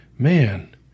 Man